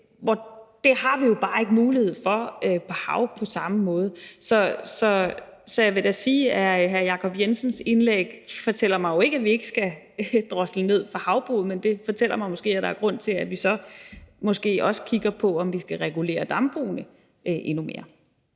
hvorimod vi bare ikke har mulighed for det på samme måde på havet. Så jeg vil da sige, at hr. Jacob Jensens indlæg ikke fortæller mig, at vi ikke skal drosle ned for havbruget, men det fortæller mig, at der er grund til, at vi så måske også kigger på, om vi skal regulere dambrugene endnu mere.